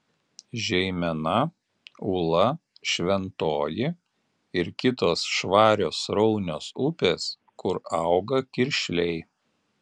žeimena ūla šventoji ir kitos švarios sraunios upės kur auga kiršliai